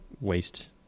waste